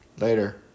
Later